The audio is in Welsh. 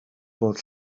bod